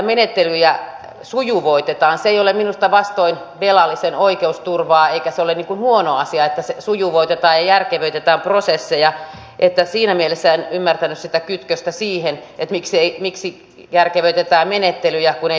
se ei ole minusta vastoin velallisen oikeusturvaa eikä se ole huono asia että sujuvoitetaan ja järkevöitetään prosesseja niin että siinä mielessä en ymmärtänyt sitä kytköstä kun sanottiin että miksi järkevöitetään menettelyjä kun ei puututa siihen sisältöön